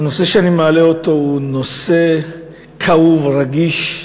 הנושא שאני מעלה הוא נושא כאוב ורגיש.